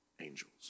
angels